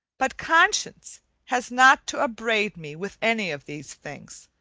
but conscience has not to upbraid me with any of these things.